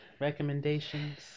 Recommendations